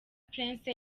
prince